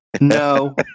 No